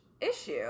issue